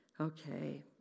Okay